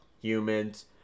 humans